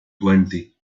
twenty